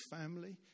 family